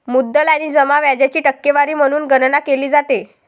मुद्दल आणि जमा व्याजाची टक्केवारी म्हणून गणना केली जाते